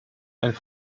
ein